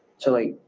so, like,